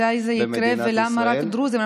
מתי זה יקרה, ולמה רק דרוזים?